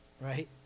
right